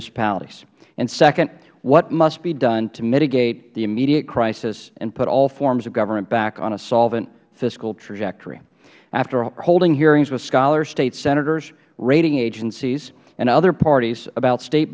municipalities and second what must be done to mitigate the immediate crisis and put all forms of government back on a solvent fiscal trajectory after holding hearings with scholars state senators rating agencies and other parties about state